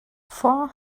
four